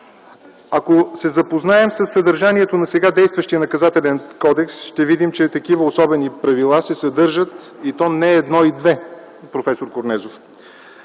Ако се запознаем със съдържанието на сега действащия Наказателен кодекс ще видим, че такива особени правила се съдържат, и то не едно и две, проф. Корнезов.